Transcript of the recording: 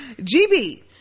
GB